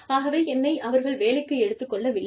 ஆகவே என்னை அவர்கள் வேலைக்கு எடுத்துக் கொள்ளவில்லை